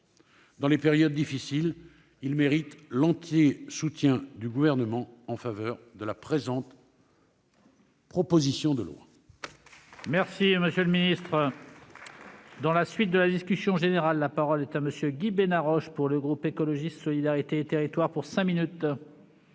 dans les périodes difficiles. Ils méritent l'entier soutien du Gouvernement en faveur de cette proposition de loi.